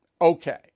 okay